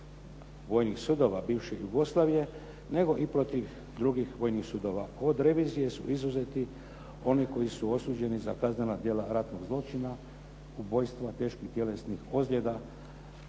vojnih sudova bivše Jugoslavije, nego i protiv drugih vojnih sudova. Od revizije su izuzeti oni koji su osuđeni za kaznena djela ratnog zločina, ubojstva, teških tjelesnih ozljeda,